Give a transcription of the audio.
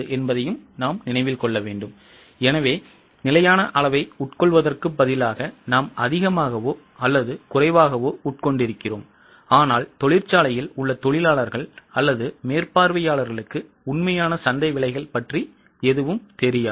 எனவே நிலையான அளவை உட்கொள்வதற்கு பதிலாக நாம் அதிகமாகவோ அல்லது குறைவாகவோ உட்கொண்டிருக்கிறோம் ஆனால் தொழிற்சாலையில் உள்ள தொழிலாளர்கள் அல்லது மேற்பார்வையாளர்களுக்கு உண்மையான சந்தை விலைகள் பற்றி எதுவும் தெரியாது